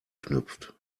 knüpft